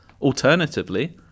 Alternatively